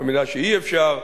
ובמידה שאי-אפשר,